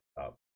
up